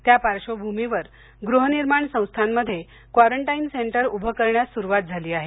त्या पार्श्वभूमीवर गृहनिर्माण संस्थांमध्ये क्वारंटाईन सेंटर उभे करण्यास सुरुवात झाली आहे